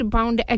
Bound